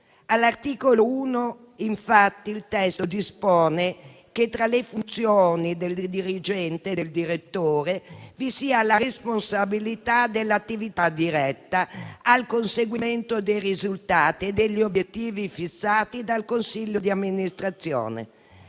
All'articolo 1, infatti, il testo dispone che tra le funzioni del direttore vi sia la responsabilità dell'attività diretta al conseguimento dei risultati e degli obiettivi fissati dal consiglio di amministrazione.